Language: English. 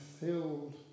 filled